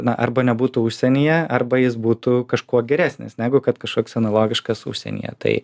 na arba nebūtų užsienyje arba jis būtų kažkuo geresnis negu kad kažkoks analogiškas užsienyje tai